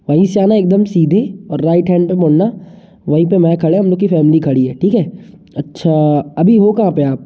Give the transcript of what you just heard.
वहीं से आना एकदम सीधे और राइट हैंड पे मुड़ना वहाँ पे मैं खड़ा हम लोग की फैमिली खड़ी है ठीक है अच्छा अभी हो कहाँ पे आप